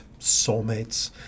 soulmates